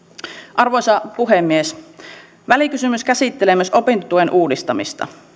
arvoisa puhemies välikysymys käsittelee myös opintotuen uudistamista